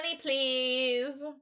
please